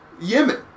Yemen